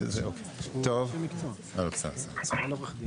עמיהוד ברשותך,